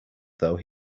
though